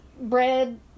bread